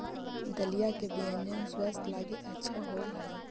दलिया के व्यंजन स्वास्थ्य लगी अच्छा होवऽ हई